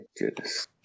goodness